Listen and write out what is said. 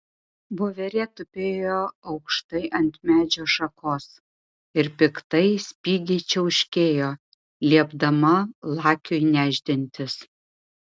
voverė tupėjo aukštai ant medžio šakos ir piktai spigiai čiauškėjo liepdama lakiui nešdintis